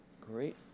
great